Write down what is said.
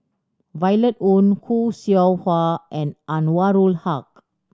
Violet Oon Khoo Seow Hwa and Anwarul Haque